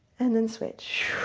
and then switch.